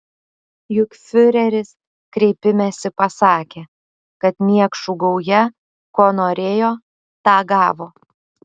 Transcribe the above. juk fiureris kreipimesi pasakė kad niekšų gauja ko norėjo tą gavo